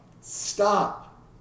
Stop